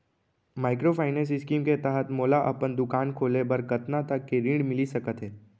Microfinance scheme के तहत मोला अपन दुकान खोले बर कतना तक के ऋण मिलिस सकत हे?